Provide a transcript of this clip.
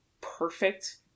perfect